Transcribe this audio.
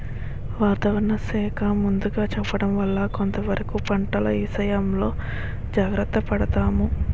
వాతావరణ శాఖ ముందుగా చెప్పడం వల్ల కొంతవరకు పంటల ఇసయంలో జాగర్త పడతాము